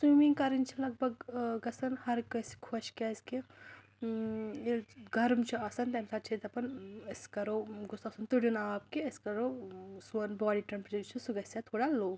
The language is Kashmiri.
سٕومِنٛگ کَرٕنۍ چھِ لگ بھگ ٲں گَژھان ہر کٲنٛسہِ خۄش کیازکہِ ییٚلہِ گَرُم چھُ آسان تَمہِ ساتہٕ چھِ أسۍ دَپان أسۍ کَرو گوٚژھ آسُن تُڑین آب کہِ أسۍ کَرو سوٗن باڈی ٹیٚمپرٛیچَر یُس چھُ سُہ گَژھہِ ہا تھوڑا لووٚ